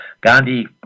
Gandhi